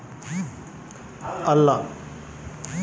ತಂಬಾಕು ನೇರಾವರಿ ಬೆಳೆನಾ?